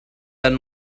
than